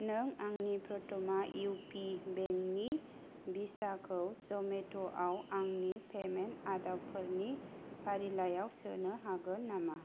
नों आंनि Prathama U P बेंकनि भिसाखौ जमेट'आव आंनि पेमेन्ट आदबफोरनि फारिलाइयाव सोनो हागोन नामा